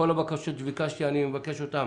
כל הבקשות שביקשתי, אני מבקש אותן